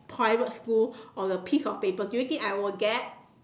private school on the piece of paper do you think I will get